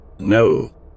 No